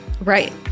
Right